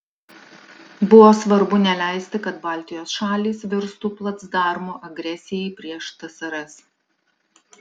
buvo svarbu neleisti kad baltijos šalys virstų placdarmu agresijai prieš tsrs